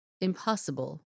impossible